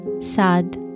sad